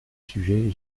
sujet